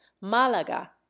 Malaga